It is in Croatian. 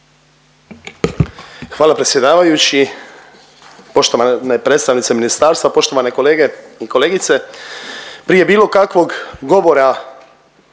Hvala predsjedavajući. Poštovane predstavnice ministarstva, poštovane kolege i kolegice. Prije bilo kakvog govora